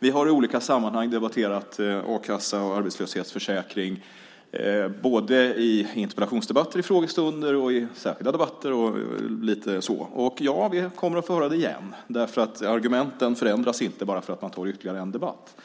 Vi har i olika sammanhang debatterat a-kassa och arbetslöshetsförsäkring både i interpellationsdebatter, i frågestunder och i särskilda debatter. Vi kommer att få höra det igen. Argumenten förändras inte bara för att man har ytterligare en debatt.